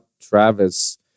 Travis